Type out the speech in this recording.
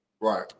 Right